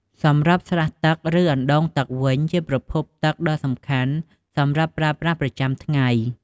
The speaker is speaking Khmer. សម្រាប់ស្រះទឹក ឬអណ្ដូងទឹកវិញ ជាប្រភពទឹកដ៏សំខាន់សម្រាប់ប្រើប្រាស់ប្រចាំថ្ងៃ។